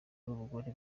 n’umugore